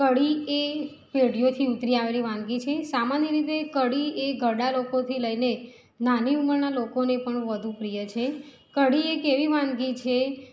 કઢી એ પેઢીઓથી ઉતરી આવેલી વાનગી છે સામાન્ય રીતે કઢી એ ઘરડા લોકોથી લઇને નાની ઉમરના લોકોને પણ વધુ પ્રિય છે કઢી એક એવી વાનગી છે